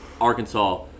Arkansas